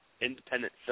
independent